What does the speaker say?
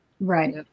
Right